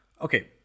okay